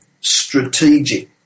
strategic